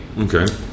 Okay